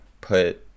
put